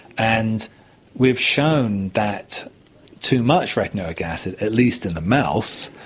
and we've shown that too much retinoic acid, at least in the mouse,